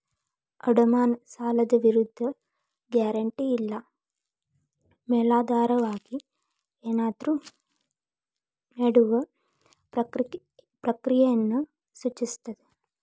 ಅಡಮಾನ ಸಾಲದ ವಿರುದ್ಧ ಗ್ಯಾರಂಟಿ ಇಲ್ಲಾ ಮೇಲಾಧಾರವಾಗಿ ಏನನ್ನಾದ್ರು ನೇಡುವ ಪ್ರಕ್ರಿಯೆಯನ್ನ ಸೂಚಿಸ್ತದ